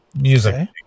music